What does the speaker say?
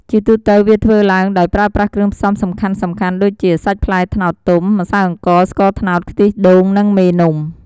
ជាទូទៅវាធ្វើឡើងដោយប្រើប្រាស់គ្រឿងផ្សំសំខាន់ៗដូចជា សាច់ផ្លែត្នោតទុំ ម្សៅអង្ករ ស្ករត្នោត ខ្ទិះដូង និង មេនំ។